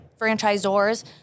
franchisors